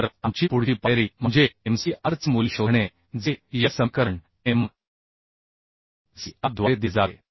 तर आमची पुढची पायरी म्हणजे m c r चे मूल्य शोधणे जे या समीकरण m c r द्वारे दिले जाते